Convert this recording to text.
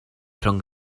rhwng